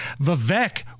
Vivek